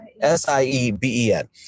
S-I-E-B-E-N